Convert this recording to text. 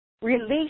release